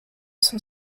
son